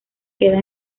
queda